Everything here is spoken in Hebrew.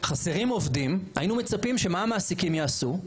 חסרים עובדים, היינו מצפים שמה המעסיקים יעשו?